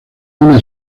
una